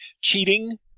cheating